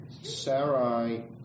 Sarai